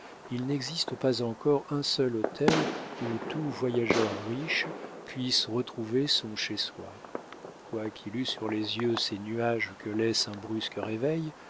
il n'existe pas encore un seul hôtel où tout voyageur riche puisse retrouver son chez soi quoiqu'il eût sur les yeux ces nuages que laisse un brusque réveil